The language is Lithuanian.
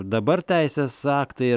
dabar teisės aktai